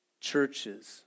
churches